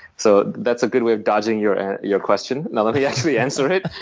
so that's a good way of dodging your and your question. now, let me actually answer it.